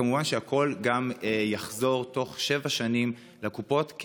וכמובן שהכול גם יחזור בתוך שבע שנים לקופות,